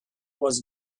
was